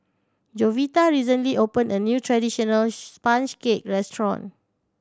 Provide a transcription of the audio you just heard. Jovita recently opened a new traditional sponge cake restaurant